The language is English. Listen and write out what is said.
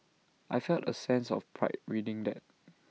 I felt A sense of pride reading that